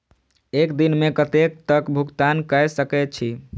एक दिन में कतेक तक भुगतान कै सके छी